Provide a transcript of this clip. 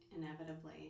inevitably